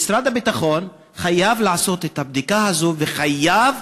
משרד הביטחון חייב לעשות את הבדיקה הזו וחייב